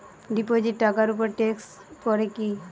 Deposit টাকার উপর tax পড়ে কি?